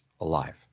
alive